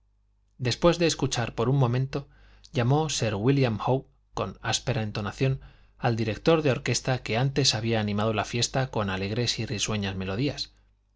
después de escuchar por un momento llamó sir wílliam howe con áspera entonación al director de orquesta que antes había animado la fiesta con alegres y risueñas melodías